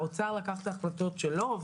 האוצר לקח את ההחלטות שלו,